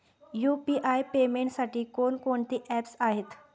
UPI पेमेंटसाठी कोणकोणती apps आहेत?